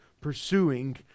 pursuing